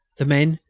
the men,